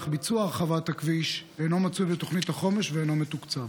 אך ביצוע הרחבת הכביש אינו מצוי בתוכנית החומש ואינו מתוקצב.